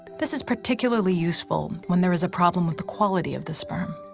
this is particularly useful when there is a problem with the quality of the sperm.